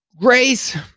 Grace